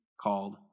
called